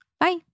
Bye